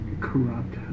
corrupt